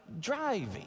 driving